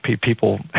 people